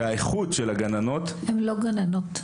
שהאיכות של הגננות --- הן לא גננות.